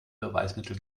beweismittel